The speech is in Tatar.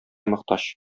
мохтаҗ